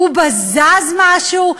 הוא בזז משהו?